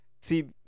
see